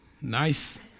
Nice